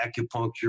acupuncture